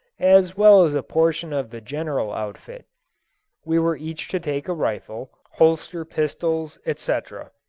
as well as a portion of the general outfit we were each to take a rifle, holster pistols, etc.